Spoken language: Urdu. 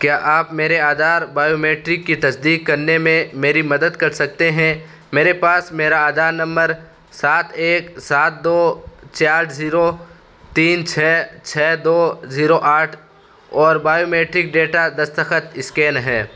کیا آپ میرے آدھار بایومیٹرک کی تصدیق کرنے میں میری مدد کر سکتے ہیں میرے پاس میرا آدھار نمبر سات ایک سات دو چار زیرو تین چھ چھ دو زیرو آٹھ اور بایومیٹرک ڈیٹا دستخط اسکین ہے